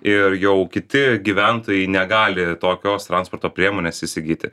ir jau kiti gyventojai negali tokios transporto priemonės įsigyti